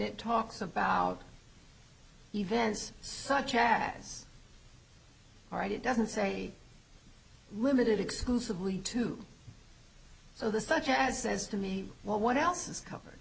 it talks about events such as all right it doesn't say limited exclusively to so this such as says to me well what else is covered